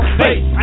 face